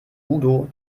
udo